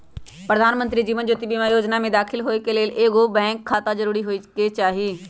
प्रधानमंत्री जीवन ज्योति बीमा जोजना में दाखिल होय के लेल एगो बैंक खाता जरूरी होय के चाही